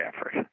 effort